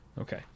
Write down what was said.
Okay